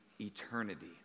eternity